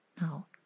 Now